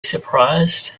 surprised